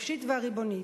החופשית והריבונית,